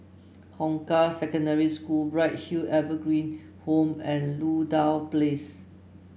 Hong Kah Secondary School Bright Hill Evergreen Home and Ludlow Place